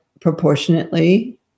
proportionately